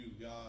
God